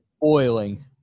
Boiling